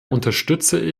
unterstütze